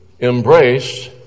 Embrace